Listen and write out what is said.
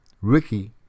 Ricky